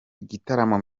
igitaramo